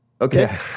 Okay